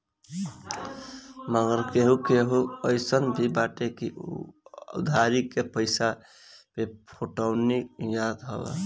मगर केहू केहू अइसन भी बाटे की उ उधारी के पईसा पे फोटानी झारत हवे